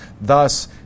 Thus